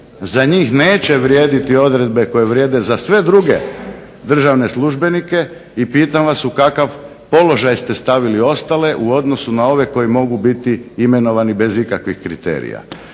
za njih neće vrijediti odredbe koje vrijede za sve druge državne službenike i pitam vas u kakav položaj ste stavili ostale u odnosu na ove koji mogu biti imenovani bez ikakvih kriterija.